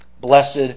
blessed